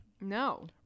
No